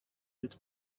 that